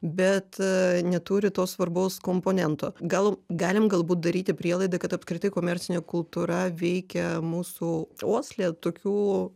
bet neturi to svarbaus komponento gal galim galbūt daryti prielaidą kad apskritai komercinė kultūra veikia mūsų uoslę tokiu